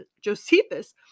josephus